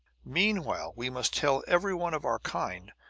meanwhile we must tell every one of our kind,